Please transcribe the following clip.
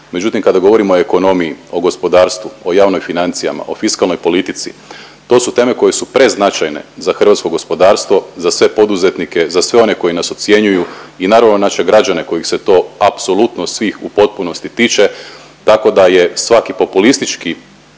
međutim kada govorimo o ekonomiji, o gospodarstvu, o javnim financijama, o fiskalnoj politici to su teme koje su preznačajne za hrvatsko gospodarstvo, za sve poduzetnike, za sve one koji nas ocjenjuju i naravno naše građane kojih se to apsolutno svih u potpunosti tiče. Tako da je svaki populistički